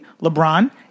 LeBron